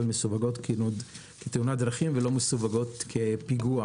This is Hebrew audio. מסווגות כאילו תאונת דרכים ולא מסווגות כפיגוע.